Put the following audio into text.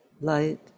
light